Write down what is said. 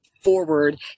forward